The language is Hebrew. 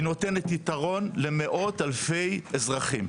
היא נותנת יתרון למאות אלפי אזרחים,